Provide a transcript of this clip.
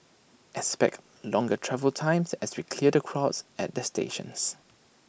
expect longer travel times as we clear the crowds at the stations